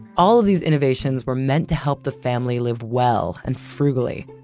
all of these innovations were meant to help the family live well and frugally.